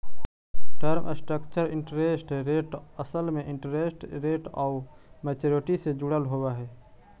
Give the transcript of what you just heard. term structure interest rate असल में interest rate आउ मैच्योरिटी से जुड़ल होवऽ हई